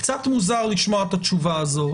קצת מוזר לשמוע את התשובה הזו.